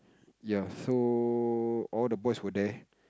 ya so all the boys were there